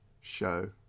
show